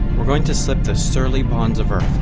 we're going to slip the surly bonds of earth.